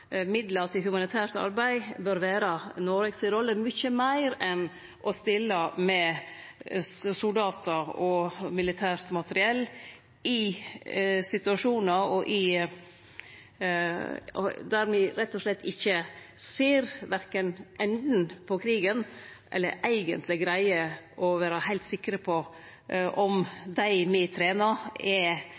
midlar til humanitært arbeid bør vere Noregs rolle mykje meir enn å stille med soldatar og militært materiell i situasjonar der me rett og slett verken ser enden på krigen eller eigentleg greier å vere heilt sikre på om dei me trenar, er